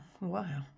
Wow